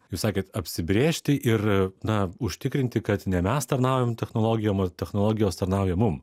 jūs sakėt apsibrėžti ir na užtikrinti kad ne mes tarnaujam technologijom o technologijos tarnauja mum